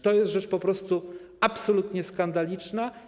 To jest rzecz po prostu absolutnie skandaliczna.